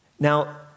Now